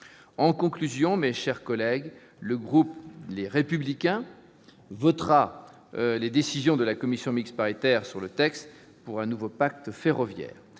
En conclusion, mes chers collègues, le groupe Les Républicains votera les conclusions de la commission mixte paritaire sur le projet de loi pour un nouveau pacte ferroviaire.